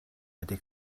wedi